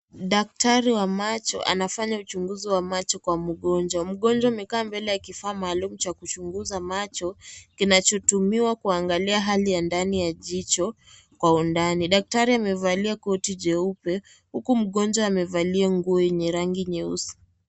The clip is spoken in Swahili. Daktari wa macho anafanya uchunguzi wa macho kwa mgonjwa. Mgonjwa amekaa mbele ya kifaa maalum cha kuchunguza macho, kinachotumiwa kuangalia hali ya ndani ya jicho kwa undani. Daktari amevalia koti jeupe, huku mgonjwa amevalia nguo yenye rangi nyeusi.